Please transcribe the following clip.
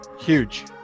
huge